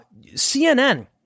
CNN